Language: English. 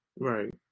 Right